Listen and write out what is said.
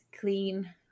clean